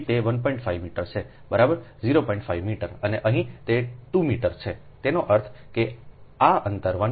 અને અહીં તે 2 મીટર છેતેનો અર્થ એ કે આ અંતર 1